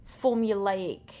formulaic